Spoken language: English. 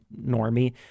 normie